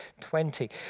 20